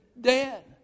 dead